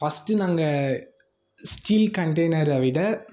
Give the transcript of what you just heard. first நாங்கள் steel கண்டெய்னரை விட